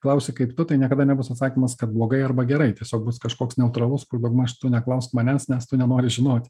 klausi kaip tu tai niekada nebus atsakymas kad blogai arba gerai tiesiog bus kažkoks neutralus kur daugmaž tu neklausk manęs nes tu nenori žinoti